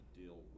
deal